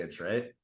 right